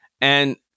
And-